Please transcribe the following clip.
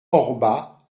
orba